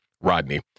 Rodney